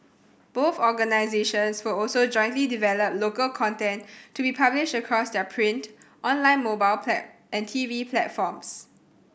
both organisations will also jointly develop local content to be published across their print online mobile pat and TV platforms